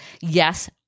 Yes